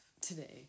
today